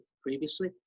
previously